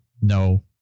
no